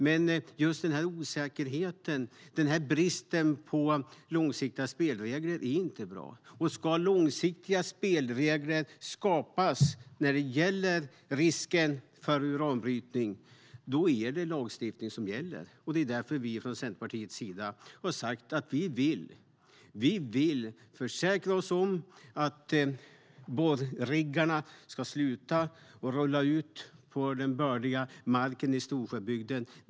Men just den här osäkerheten och bristen på långsiktiga spelregler är inte bra. Om långsiktiga spelregler ska kunna skapas när det gäller risken för uranbrytning är det lagstiftning som gäller. Det är därför vi i Centerpartiet har sagt att vi vill försäkra oss om att borriggarna ska sluta rullas ut på den bördiga marken i Storsjöbygden.